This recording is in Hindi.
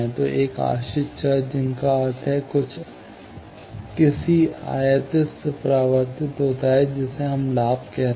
तो एक आश्रित चर जिसका अर्थ है कुछ किसी आयातित से परावर्तित होता है जिसे हम लाभ कह रहे हैं